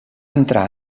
entrar